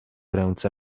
ręce